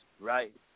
Right